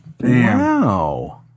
Wow